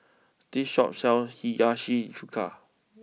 this Shop sells Hiyashi Chuka